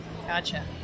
Gotcha